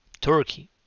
Turkey